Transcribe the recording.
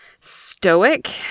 stoic